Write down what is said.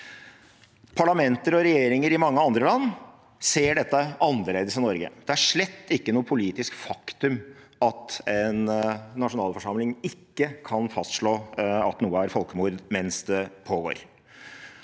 Parlamenter og regjeringer i mange andre land ser dette annerledes enn Norge. Det er slett ikke noe politisk faktum at en nasjonalforsamling ikke kan fastslå at noe er et folkemord mens det pågår.